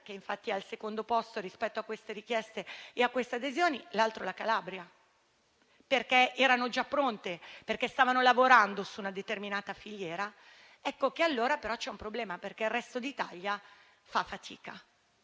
che è al secondo posto rispetto a queste richieste e a queste adesioni, e l'altro la Calabria. Erano già pronte, perché stavano lavorando su una determinata filiera. Ecco che allora c'è un problema, perché il resto d'Italia fa fatica.